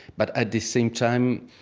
but at the same time,